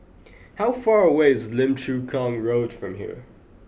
how far away is Lim Chu Kang Road from here